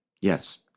Yes